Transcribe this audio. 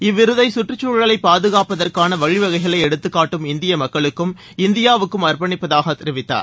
இவ்விருதை கற்றுச்சூழலை பாதுகாப்பதற்கான வழிவகைகளை எடுத்துக்காட்டும் இந்திய மக்களுக்கும் இந்தியாவுக்கும் அர்ப்பணிப்பதாக தெரிவித்தார்